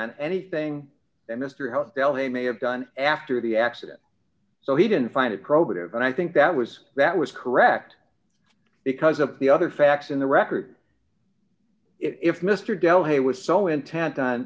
on anything that mr health bill they may have done after the accident so he didn't find it probative and i think that was that was correct because of the other facts in the record if mr del he was so intent on